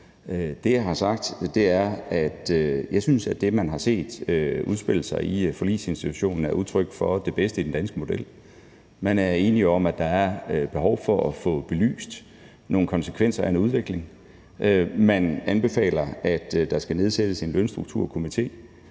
Det, jeg har sagt, er, at jeg synes, at det, man har set udspille sig i Forligsinstitutionen, er udtryk for det bedste i den danske model. Man er enig om, at der er behov for at få belyst nogle konsekvenser af en udvikling. Man anbefaler, at der skal nedsættes en lønstrukturkomité.